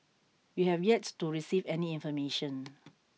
we have yet to receive any information